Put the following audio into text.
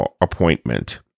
appointment